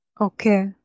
Okay